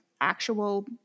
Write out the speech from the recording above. actual